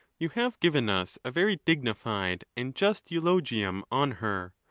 you have given us a very dignified and just eulogium on her.